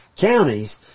counties